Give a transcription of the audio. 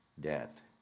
death